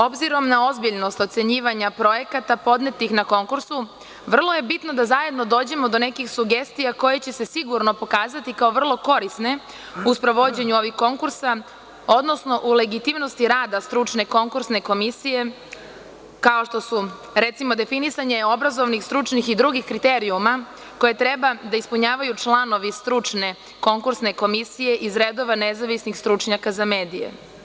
Obzirom na ozbiljnost ocenjivanja projekata podnetih na konkursu, vrlo je bitno da zajedno dođemo do nekih sugestija koje će se sigurno pokazati kao vrlo korisne u sprovođenju ovih konkursa, odnosno u legitimnosti rada stručne konkursne komisije, kao što su recimo, definisanje obrazovnih, stručnih i drugih kriterijuma koje treba da ispunjavaju članovi stručne konkursne komisije iz redova nezavisnih stručnjaka za medije.